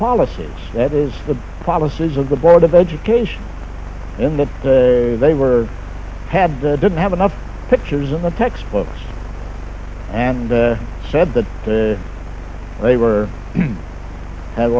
policies that is the policies of the board of education in that they were had didn't have enough pictures in the textbooks and said that they were had